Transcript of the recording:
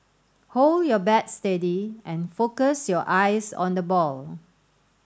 hold your bat steady and focus your eyes on the ball